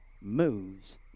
moves